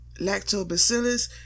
lactobacillus